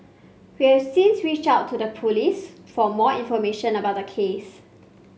we've since reached out to the police for more information about the case